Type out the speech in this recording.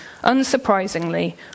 Unsurprisingly